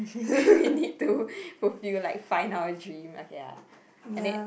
we need to fulfill like find our dream okay ah and then